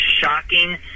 shocking